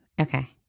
okay